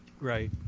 Right